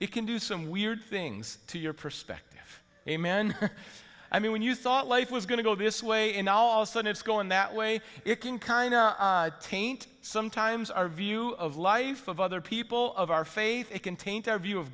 you can do some weird things to your perspective a man i mean when you thought life was going to go this way in all sun it's going that way it can kind of taint sometimes our view of life of other people of our faith it can taint our view of